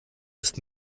ist